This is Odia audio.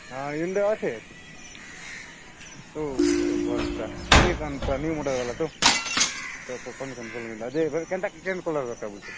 ହଁ ୱିଣ୍ଡୋ ଅଛେ ଅଛେ ସୁ ଭଲ୍ ପରା କଣ୍ଡିସନ୍ଟା ନ୍ୟୁ ମଡ଼େଲ୍ ବାଲା ତ ତ କଣ୍ଡିସନ୍ ଭଲ୍ ନାଇଁ ଯେ ଏବେ କେନ୍ତା କିନ୍ କଲର୍ ବେଲୁଛେ